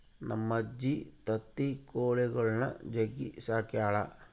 ನಮ್ಮಜ್ಜಿ ತತ್ತಿ ಕೊಳಿಗುಳ್ನ ಜಗ್ಗಿ ಸಾಕ್ಯಳ